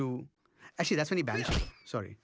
to actually that's really bad sorry